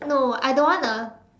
no I don't want a